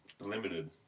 limited